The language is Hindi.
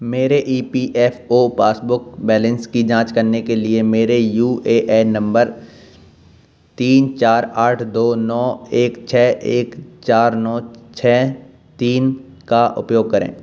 मेरे E P F O passbook balance की जाँच करने के लिए मेरे यू ए एन नम्बर तीन चार आठ दो नौ एक छः एक चार नौ छः तीन का उपयोग करें